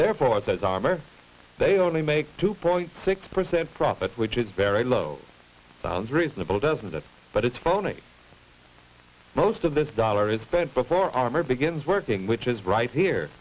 process armor they only make two point six percent profit which is very low sounds reasonable doesn't it but it's phony most of this dollar is spent before armor begins working which is right here